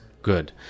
good